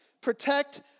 protect